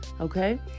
Okay